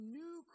new